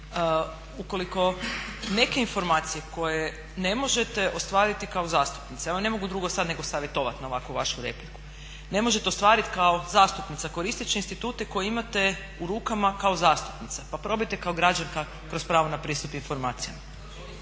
Ukoliko neke informacije koje ne možete ostvariti kao zastupnica, ja vam ne mogu sada drugo nego savjetovati na ovakvu vašu repliku, ne možete ostvariti kao zastupnica koristeći institute koje imate u rukama kao zastupnica, pa probajte kao građanka kroz pravo na pristup informacijama.